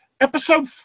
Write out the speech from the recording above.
episode